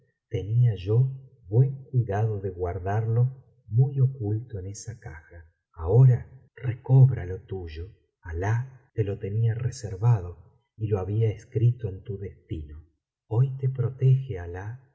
tenía yo buen cuidado de guardarlo muy oculto en esa caja ahora recobra lo tuyo alah te lo tenía reservado y lo había escrito en tu destino hoy te protege alah y me